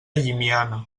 llimiana